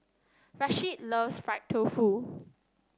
Rasheed loves Fried Tofu